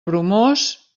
bromós